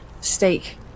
steak